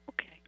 okay